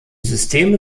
systeme